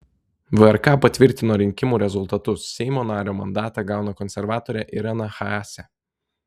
vrk patvirtino rinkimų rezultatus seimo nario mandatą gauna konservatorė irena haase